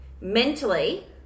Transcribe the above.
Mentally